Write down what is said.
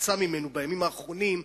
שהוצא ממנו בימים האחרונים,